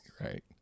right